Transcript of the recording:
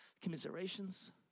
commiserations